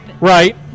Right